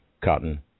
cotton